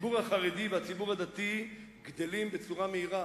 הציבור החרדי והציבור הדתי גדלים בצורה מהירה.